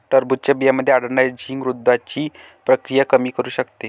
टरबूजच्या बियांमध्ये आढळणारे झिंक वृद्धत्वाची प्रक्रिया कमी करू शकते